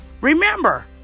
Remember